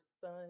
son